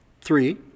Three